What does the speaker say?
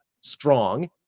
strong